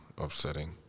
upsetting